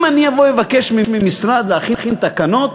אם אני אבקש ממשרד להכין תקנות,